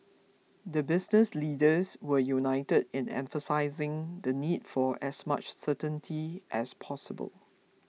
the business leaders were united in emphasising the need for as much certainty as possible